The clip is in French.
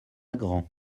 grand